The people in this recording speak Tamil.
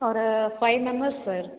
அப்புறம் ஒரு ஃபைவ் மெம்பர்ஸ் சார்